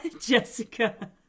Jessica